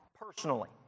Personally